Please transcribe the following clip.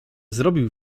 zrobił